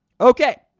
Okay